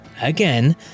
again